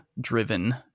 driven